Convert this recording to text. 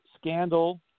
scandal